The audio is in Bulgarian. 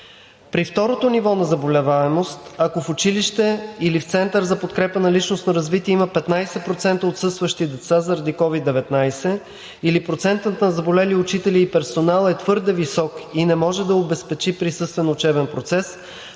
При второто ниво на заболеваемост, ако в училище или в Център за подкрепа на личностно развитие има 15% отсъстващи деца заради COVID-19 или процентът на заболели учители и персонал е твърде висок и не може да обезпечи присъствен учебен процес,